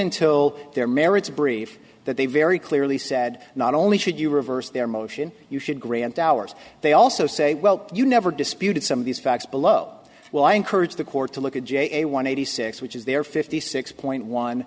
until their merits brief that they very clearly said not only should you reverse their motion you should grant ours they also say well you never disputed some of these facts below well i encourage the court to look at j one eighty six which is their fifty six point one